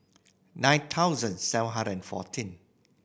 nine thousand seven hundred and fourteen